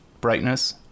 brightness